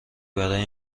برای